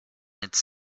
its